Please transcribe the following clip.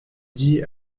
dit